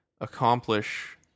accomplish